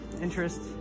interest